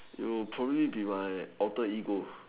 you probably be my outer ego